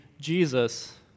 Jesus